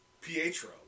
Pietro